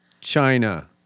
China